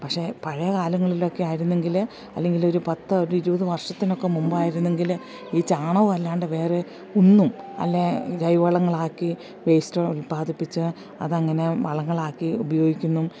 പക്ഷെ പഴയ കാലങ്ങളിലൊക്കെ ആയിരുന്നെങ്കില് അല്ലെങ്കിൽ ഒരു പത്ത് ഒരു ഇരുപത് വർഷത്തിനൊക്കെ മുമ്പായിരുന്നെങ്കില് ഈ ചാണകം വല്ലാണ്ട് വേറെ ഒന്നും അല്ലേൽ ജൈവവളങ്ങളാക്കി വേസ്റ്റോ ഉൽപാദിപ്പിച്ച് അതങ്ങനെ വളങ്ങളാക്കി ഉപയോഗിക്കുന്നു